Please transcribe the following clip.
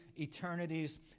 eternities